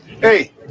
Hey